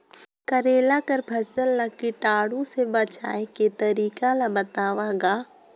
करेला कर फसल ल कीटाणु से बचाय के तरीका ला बताव ग?